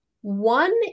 one